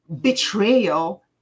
betrayal